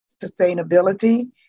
Sustainability